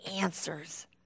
answers